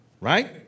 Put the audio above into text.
right